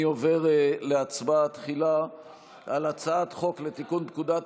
אני עובר להצבעה תחילה על הצעת חוק לתיקון פקודת